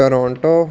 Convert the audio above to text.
Toronto